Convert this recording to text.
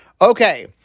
Okay